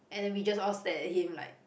and then we just all stare at him like